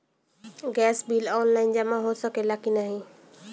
Gas bill online जमा हो सकेला का नाहीं?